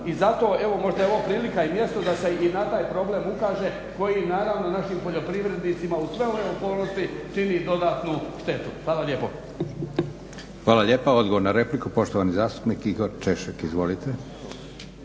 I zato evo možda je ovo prilika i mjesto da se i na taj problem ukaže koji naravno našim poljoprivrednicima uz sve ove okolnosti čini i dodatnu štetu. Hvala lijepo. **Leko, Josip (SDP)** Hvala lijepo. Odgovor na repliku poštovani zastupnik Igor Češek. Izvolite.